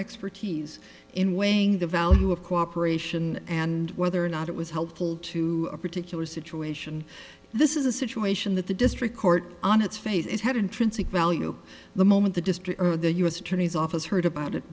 expertise in weighing the value of cooperation and whether or not it was helpful to a particular situation this is a situation that the district court on its face is had intrinsic value the moment the district or the u s attorney's office heard about it